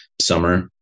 Summer